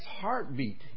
heartbeat